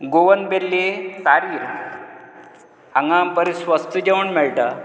Goan belly तारीर हांगा बरें स्वस्थ जेवण मेळटा